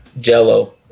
jello